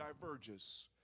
diverges